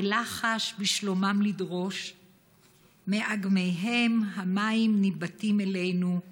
בלחש בשלומם לדרוש // מאגמיהם המים ניבטים אלינו /